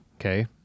okay